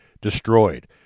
destroyed